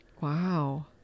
Wow